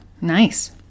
nice